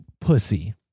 Pussy